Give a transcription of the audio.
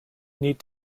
need